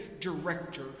director